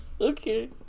Okay